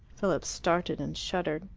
philip started and shuddered.